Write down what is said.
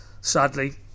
sadly